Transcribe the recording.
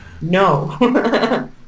no